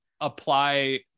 apply